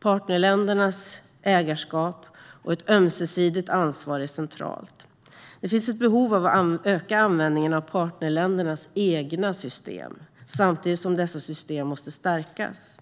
Partnerländernas ägarskap och ett ömsesidigt ansvar är centralt. Det finns ett behov av att öka användningen av partnerländernas egna system samtidigt som dessa system måste stärkas.